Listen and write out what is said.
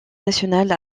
nationale